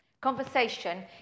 conversation